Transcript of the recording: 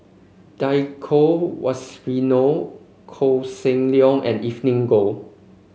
Djoko Wibisono Koh Seng Leong and Evelyn Goh